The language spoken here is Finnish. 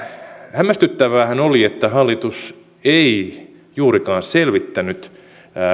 hämmästyttäväähän oli että hallitus ei juurikaan selvittänyt